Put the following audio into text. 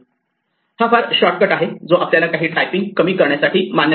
हा फार सोईस्कर शॉर्टकट आहे जो आपल्याला काही टायपिंग कमी करण्यासाठी मान्यता देतो